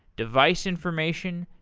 device information,